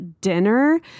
dinner